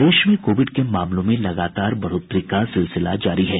प्रदेश में कोविड के मामलों में लगातार बढ़ोतरी का सिलसिला जारी है